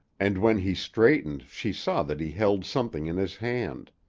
and when he straightened she saw that he held something in his hand.